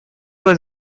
was